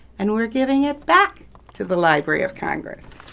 and we're getting it back to the library of congress.